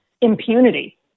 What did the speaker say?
impunity